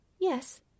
yes